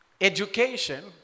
Education